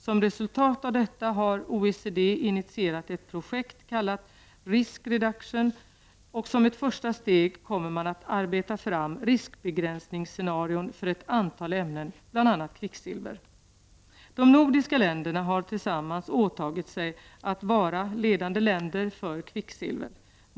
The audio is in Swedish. Som resultat av detta har OECD initierat ett projekt kallat Risk Reduction. Som ett första steg kommer man att arbeta fram riskbegränsnings-scenarion för ett antal ämnen, bl.a. kvicksilver. De nordiska länderna har tillsammans åtagit sig att vara ledande länder när det gäller kvicksilver.